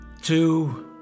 Two